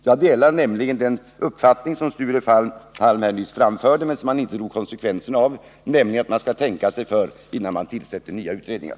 Jag delar nämligen den uppfattning som Sture Palm nyss framförde men som han inte drog konsekvenserna av — att man skall tänka sig för innan man tillsätter nya utredningar.